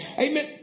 Amen